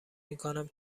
میکنم